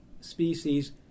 species